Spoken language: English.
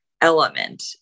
element